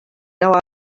now